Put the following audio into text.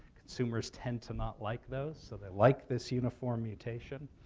consumers tend to not like those, so they like this uniform mutation.